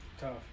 Tough